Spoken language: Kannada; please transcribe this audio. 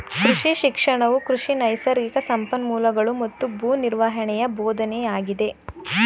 ಕೃಷಿ ಶಿಕ್ಷಣವು ಕೃಷಿ ನೈಸರ್ಗಿಕ ಸಂಪನ್ಮೂಲಗಳೂ ಮತ್ತು ಭೂ ನಿರ್ವಹಣೆಯ ಬೋಧನೆಯಾಗಿದೆ